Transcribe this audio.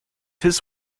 his